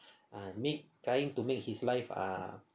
ah make try to make his life ah